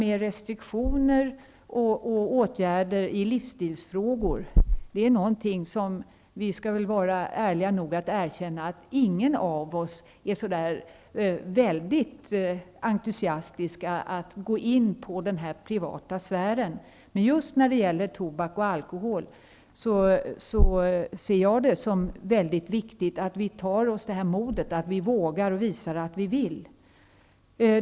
Vi skall väl vara ärliga nog att erkänna att ingen av oss är så entusiastiska över att gå in på den privata sfären och införa restriktioner och åtgärder när det gäller livsstilsfrågor. Men just när det gäller tobak och alkohol anser jag att det är viktigt att vi vågar visa att vi vill.